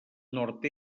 nord